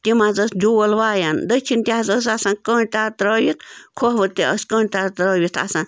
تِم حظ ٲس ڈول وایان دٔچھِنۍ تہِ حظ ٲس آسان کٔنٛڈۍ تار ترٛٲیِتھ کھۄوٕرۍ تہِ ٲس کٔنٛڈۍ تار ترٛٲیِتھ آسان